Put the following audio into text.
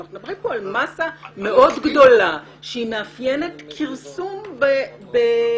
אנחנו מדברים פה על מאסה גדולה מאוד שמאפיינת כרסום בעצמאות